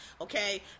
okay